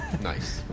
Nice